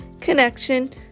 connection